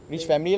pay